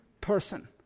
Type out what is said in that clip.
person